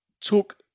took